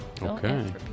okay